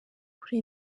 kuri